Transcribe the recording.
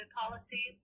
policy